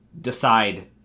decide